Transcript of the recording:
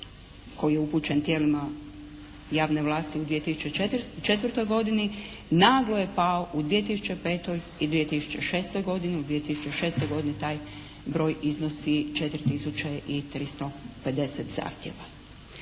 koji je upućen tijelima javne vlasti u 2004. godini naglo je pao u 2005. i 2006. godini. U 2006. godini taj broj iznosi 4 tisuće i 350 zahtjeva.